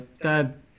Dad